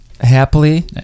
Happily